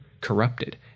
corrupted